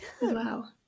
Wow